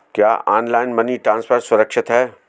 क्या online money transfer सुरक्षित है?